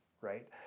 right